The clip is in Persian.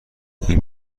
این